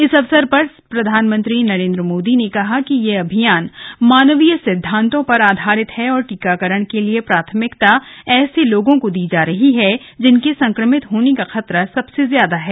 इस अवसर पर प्रधानमंत्री नरेन्द्र मोदी ने कहा कि यह अभियान मानवीय सिद्धांतों पर आधारित है और टीकाकरण के लिए प्राथमिकता ऐसे लोगों को दी जा रही है जिनके संक्रमित होने का खतरा सबसे अधिक रहा है